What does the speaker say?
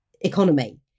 economy